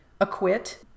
acquit